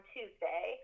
Tuesday